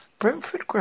Brentford